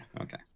Okay